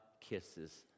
kisses